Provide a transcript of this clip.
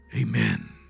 Amen